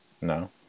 No